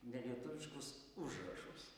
nelietuviškus užrašus